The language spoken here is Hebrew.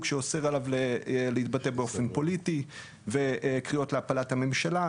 שאוסר עליו להתבטא באופן פוליטי ולקרוא להפלת הממשלה.